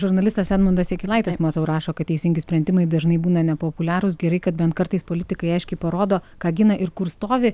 žurnalistas edmundas jakilaitis matau rašo kad teisingi sprendimai dažnai būna nepopuliarūs gerai kad bent kartais politikai aiškiai parodo ką gina ir kur stovi